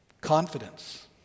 Confidence